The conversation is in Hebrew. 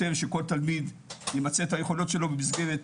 שכל תלמיד ימצה את היכולות שלו במסגרת,